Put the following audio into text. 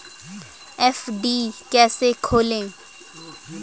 FD कैसे खोलें?